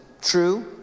true